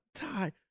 die